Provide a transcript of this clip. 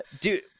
dude